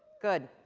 good.